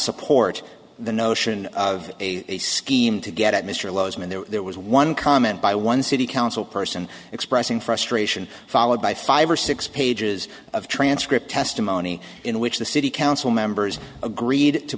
support the notion of a scheme to get at mr low's when there was one comment by one city council person expressing frustration followed by five or six pages of transcripts testimony in which the city council members agreed to